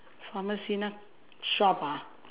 pharmacy not shop ah